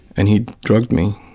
and he'd drugged me.